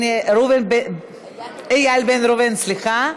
אחד מתנגד, אין נמנעים.